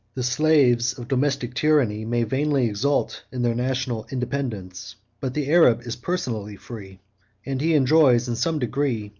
the slaves of domestic tyranny may vainly exult in their national independence but the arab is personally free and he enjoys, in some degree,